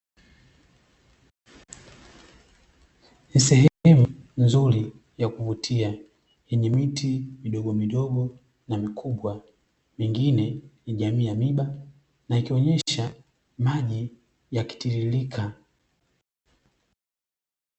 Sehemu nzuri ya kuvutia yenye miti midogo midogo na mikubwa mingine ya jamii ya miiba na ikionyesha maji yakitiririka.